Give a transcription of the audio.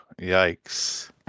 yikes